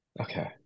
okay